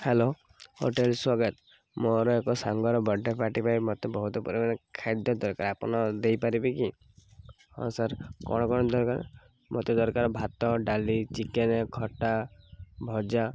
hello hotel ସ୍ୱାଗତ ମୋର ଏକ ସାଙ୍ଗର ବର୍ଥଡ଼େ ପାର୍ଟି ପାଇଁ ମୋତେ ବହୁତ ପରିମାଣ ଖାଦ୍ୟ ଦରକାର ଆପଣ ଦେଇପାରିବେ କି ହଁ ସାର୍ କ'ଣ କ'ଣ ଦରକାର ମୋତେ ଦରକାର ଭାତ ଡାଲି ଚିକେନ୍ ଖଟା ଭଜା